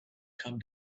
come